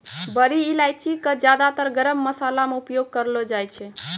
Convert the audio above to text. बड़ी इलायची कॅ ज्यादातर गरम मशाला मॅ उपयोग करलो जाय छै